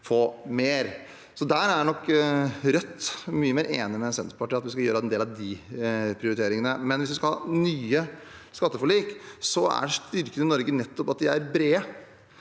Der er nok Rødt mye mer enig med Senterpartiet, i at vi skal gjøre om en del av de prioriteringene. Hvis vi skal ha nye skatteforlik, vil styrken i Norge nettopp være at de er brede